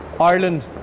Ireland